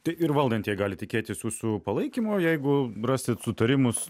tai ir valdantieji gali tikėtis jūsų palaikymo jeigu rasit sutarimus